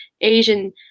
Asian